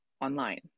online